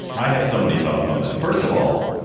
i have so many thoughts on this. first of all,